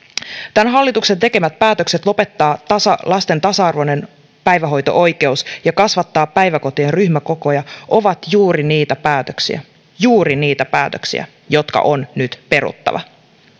tämän hallituksen tekemät päätökset lopettaa lasten tasa arvoinen päivähoito oikeus ja kasvattaa päiväkotien ryhmäkokoja ovat juuri niitä päätöksiä juuri niitä päätöksiä jotka on nyt peruttava